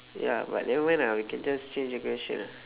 ya but never mind ah we can just change the question ah